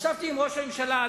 ישבתי עם ראש הממשלה,